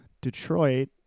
detroit